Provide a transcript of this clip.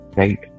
right